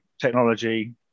technology